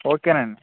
okay నండి